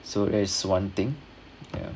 so that's one thing ya